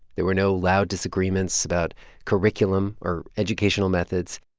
there were no loud disagreements about curriculum or educational methods.